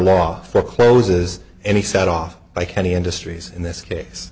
law for closes any set off like any industries in this case